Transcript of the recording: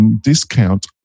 Discount